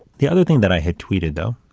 the other thing that i had tweeted, though,